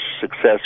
success